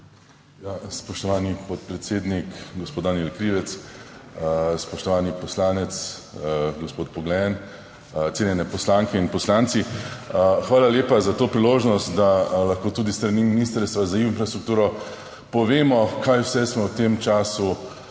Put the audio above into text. spoštovani podpredsednik, gospod Danijel Krivec, spoštovani poslanec gospod Poglajen, cenjene poslanke in poslanci. Hvala lepa za to priložnost, da lahko tudi s strani Ministrstva za infrastrukturo povemo, kaj vse smo v tem času